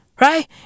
Right